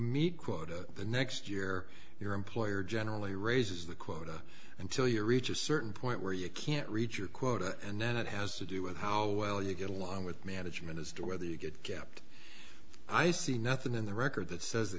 meet quota the next year your employer generally raises the quota until you reach a certain point where you can't reach your quota and it has to do with how well you get along with management as to whether you could get up i see nothing in the record that says